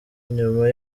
nyuma